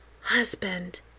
husband